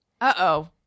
Uh-oh